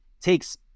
takes